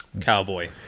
Cowboy